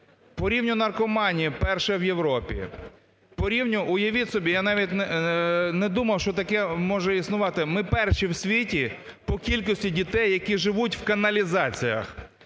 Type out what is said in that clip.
По рівню наркоманії перше в Європі. По рівню… Уявіть собі, я навіть не думав, що таке може існувати, ми перші в світі по кількості дітей, які живуть в каналізаціях.